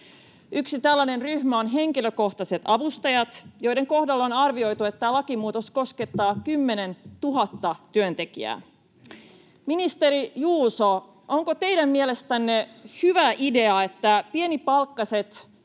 Yksi tällainen ryhmä on henkilökohtaiset avustajat, joiden kohdalla on arvioitu, että tämä lakimuutos koskettaa 10 000:ta työntekijää. Ministeri Juuso, onko teidän mielestänne hyvä idea, että pienipalkkaiset